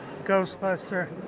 Ghostbuster